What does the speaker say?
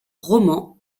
roman